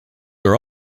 are